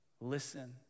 listen